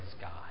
God